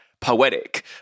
poetic